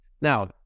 Now